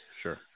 Sure